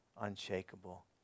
unshakable